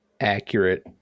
accurate